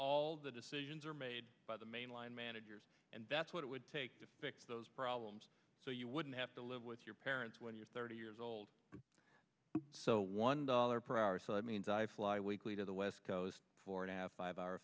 all the decisions are made by the mainline managers and that's what it would take to fix those problems so you wouldn't have to live with your parents when you're thirty years old so one dollar per hour so that means i fly weekly to the west coast for an app five hour